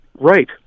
Right